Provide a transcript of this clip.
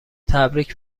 تبریک